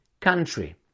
country